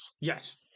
Yes